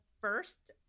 first